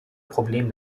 problem